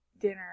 dinner